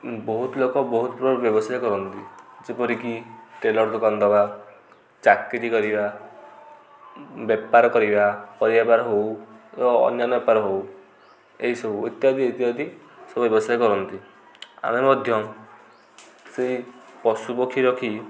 ବହୁତ ଲୋକ ବହୁତ ପ୍ରକାର ବ୍ୟବସାୟ କରନ୍ତି ଯେପରିକି ଟେଲର ଦୋକାନ ଦବା ଚାକିରୀ କରିବା ବେପାର କରିବା ପରିବା ବେପାର ହଉ ଅନ୍ୟାନ୍ୟ ବେପାର ହଉ ଏଇସବୁ ଇତ୍ୟାଦି ଇତ୍ୟାଦି ସବୁ ବ୍ୟବସାୟ କରନ୍ତି ଆମେ ମଧ୍ୟ ସେ ପଶୁପକ୍ଷୀ ରଖି